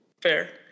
fair